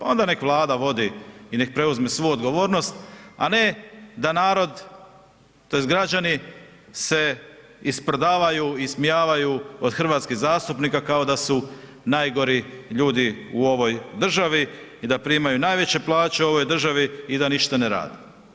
Onda nek Vlada vodi i nek preuzme svu odgovornost, a ne da narod tj. građani se isprdavaju, ismijavaju od hrvatskih zastupnika kao su najgori ljudi u ovoj državi i da primaju najveće plaće u ovoj državi i da ništa ne rade.